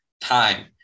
time